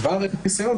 כבר אין חיסיון.